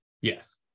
Yes